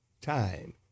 time